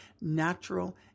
natural